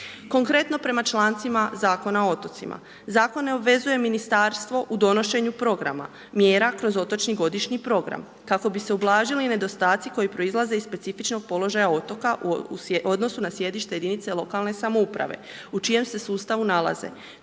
Konkretno, prema člancima Zakona o otocima. Zakon ne obvezuje Ministarstvo u donošenju programa, mjera kroz otočni godišnji program kako bi se ublažili nedostaci koji proizlaze iz specifičnog položaja otoka u odnosu na sjedište jedinica lokalne samouprave u čijem se sustavu nalaze.